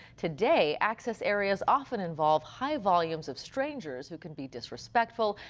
today, access areas often involve high volumes of strangers who can be disrespectful,